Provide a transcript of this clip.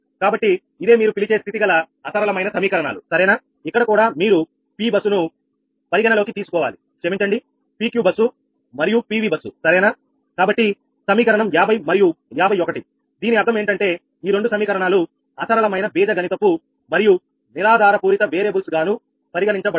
కాబట్టి ఇదే మీరు పిలిచే స్థితి గల అసరళమైన సమీకరణాలు సరేనా ఇక్కడ కూడా మీరు P బస్సును పరిగణలోకి తీసుకోవాలి క్షమించండి PQ బస్సు మరియు PV బస్సు సరేనా కాబట్టి సమీకరణం 50 మరియు 51 దీని అర్థం ఏంటంటే ఈ రెండు సమీకరణాలు అసరళమైన బీజగణిత పు మరియు నిరాధారపూరిత వేరియబుల్స్ గాను పరిగణించబడుతుంది